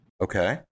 Okay